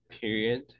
period